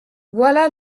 voilà